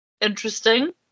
Interesting